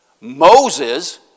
Moses